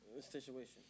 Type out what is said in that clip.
situation